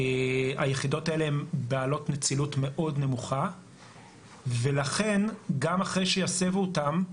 היחידות האלה הן בעלות נצילות מאוד נמוכה ולכן גם אחרי שיסבו אותן,